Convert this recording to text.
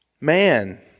man